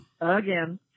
again